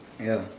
ya